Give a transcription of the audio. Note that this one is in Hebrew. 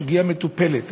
הסוגיה מטופלת,